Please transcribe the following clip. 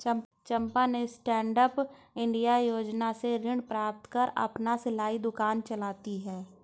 चंपा ने stand up India योजना से ऋण प्राप्त कर अपना सिलाई दुकान चलाती है